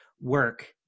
work